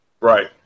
Right